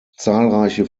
zahlreiche